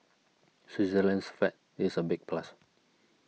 Switzerland's flag is a big plus